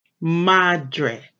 Madre